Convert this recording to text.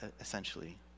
essentially